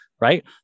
right